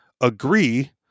agree